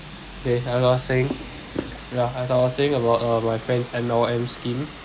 okay as I was saying ya as I was saying about uh my friend's M_L_M's scheme